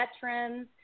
Veterans